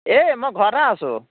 এই মই ঘৰতে আছো